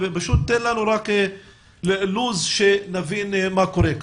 רק תן לנו לוח זמנים שנבין מה קורה כאן.